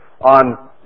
on